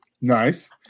Nice